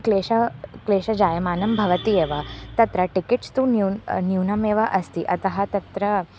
क्लेशः क्लेशजायमानं भवति एव तत्र टिकेत्स् तु न्यूनं न्यूनमेव अस्ति अतः तत्र